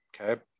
okay